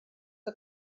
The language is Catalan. que